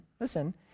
listen